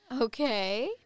Okay